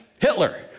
Hitler